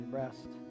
rest